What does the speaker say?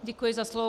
Děkuji za slovo.